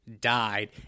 died